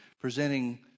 presenting